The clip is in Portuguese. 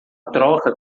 troca